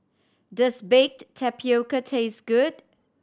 does baked tapioca taste good